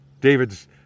David's